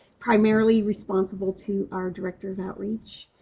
primarily responsible to our director of outreach.